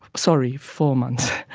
sorry, four months.